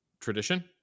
tradition